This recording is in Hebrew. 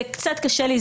זה קצת קשה לי.